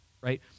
right